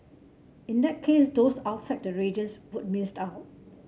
in that case those outside the radius would miss out